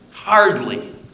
Hardly